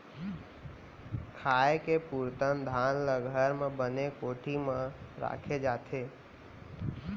खाए के पुरता धान ल घर म बने कोठी म राखे जाथे